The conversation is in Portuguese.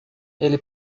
ele